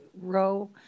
row